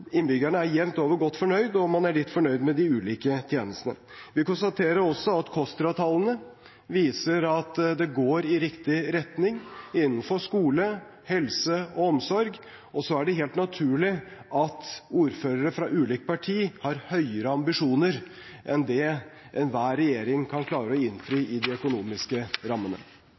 innbyggerne er jevnt over godt fornøyd, og man er likt fornøyd med de ulike tjenestene. Vi konstaterer også at KOSTRA-tallene viser at det går i riktig retning innenfor helse, skole og omsorg. Og så er det helt naturlig at ordførere fra ulike partier har høyere ambisjoner enn det enhver regjering kan klare å innfri